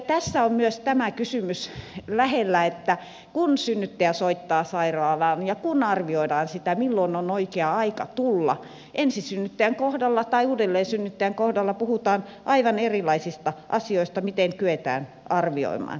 tässä on myös tämä kysymys lähellä että kun synnyttäjä soittaa sairaalaan ja kun arvioidaan sitä milloin on oikea aika tulla ensisynnyttäjän kohdalla tai uudelleensynnyttäjän kohdalla puhutaan aivan erilaisista asioista miten kyetään arvioimaan tätä asiaa